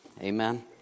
amen